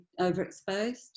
overexposed